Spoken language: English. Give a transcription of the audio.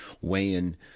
weighing